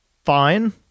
fine